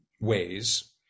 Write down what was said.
ways